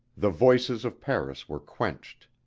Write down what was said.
the voices of paris were quenched.